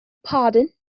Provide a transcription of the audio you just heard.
pardon